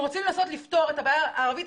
אם רוצים לנסות לפתור את הבעיה הערבית,